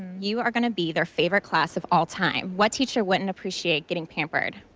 you are going to be their favorite class of all time. what teacher wouldn't appreciate getting pampered.